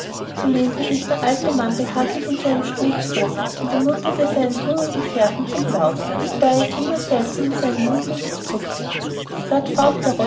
so lehnte sich der alte mann behaglich in seinen stuhl zurück und ermunterte seinen jungen gefährten zum plaudern wobei es immer seltsam um seine mundwinkel zuckte lord fauntleroy